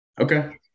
Okay